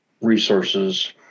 resources